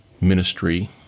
ministry